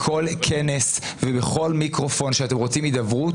בכל כנס ובכל מיקרופון שאתם רוצים הידברות